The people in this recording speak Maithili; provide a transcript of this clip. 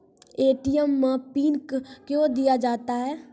ए.टी.एम मे पिन कयो दिया जाता हैं?